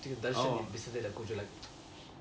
oh